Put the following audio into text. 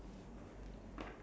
that's like